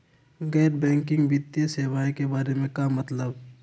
गैर बैंकिंग वित्तीय सेवाए के बारे का मतलब?